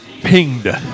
Pinged